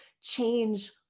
change